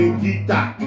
guitar